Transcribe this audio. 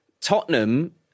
Tottenham